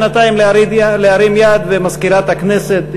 בינתיים אפשר להרים יד ומזכירת הכנסת,